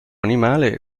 animale